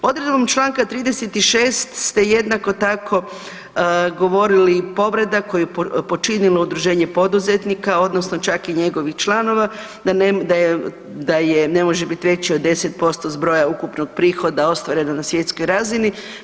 Odredbom članka 36. ste jednako tako govorili povreda koju je počinilo udruženje poduzetnika odnosno čak i njegovih članova da je ne može biti veći od 10% zbroja ukupnog prihoda ostvareno na svjetskoj razini.